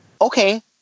Okay